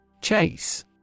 chase